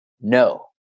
no